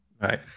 right